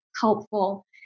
helpful